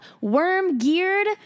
worm-geared